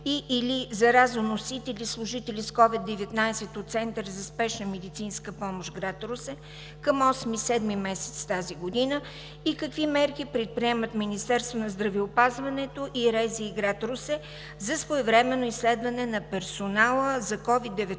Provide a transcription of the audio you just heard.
и/или заразоносители служители с СOVID-19 от Центъра за спешна медицинска помощ – град Русе, към 8 юли тази година? Какви мерки предприемат Министерство на здравеопазването и РЗИ – град Русе, за своевременно изследване на персонала за СOVID-19